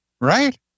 Right